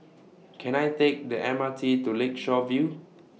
Can I Take The M R T to Lakeshore View